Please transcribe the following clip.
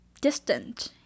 distant